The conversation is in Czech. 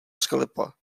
sklepa